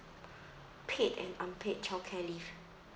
paid and unpaid childcare leave